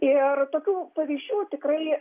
ir tokių pavyzdžių tikrai